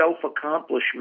self-accomplishment